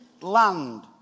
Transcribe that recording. land